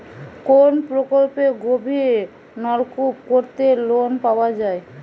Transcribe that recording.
কোন প্রকল্পে গভির নলকুপ করতে লোন পাওয়া য়ায়?